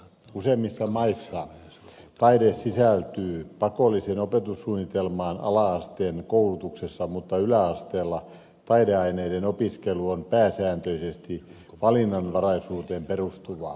useimmissa maissa taide sisältyy pakolliseen opetussuunnitelmaan ala asteen koulutuksessa mutta yläasteella taideaineiden opiskelu on pääsääntöisesti valinnanvaraisuuteen perustuvaa